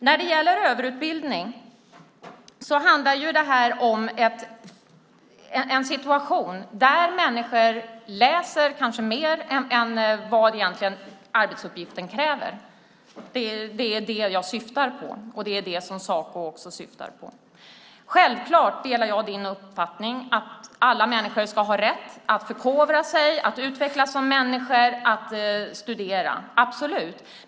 När det gäller överutbildning handlar det om en situation där människor kanske läser mer än vad arbetsuppgiften kräver. Det är det jag, och även Saco, syftar på. Självklart delar jag uppfattningen att alla människor ska ha rätt att förkovra sig, att utvecklas som människor, att studera - absolut.